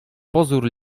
pozór